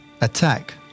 Attack